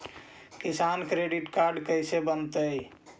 किसान credit card कैसे बनतै?